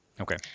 Okay